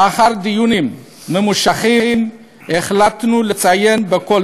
לאחר דיונים ממושכים החלטנו לציין בכל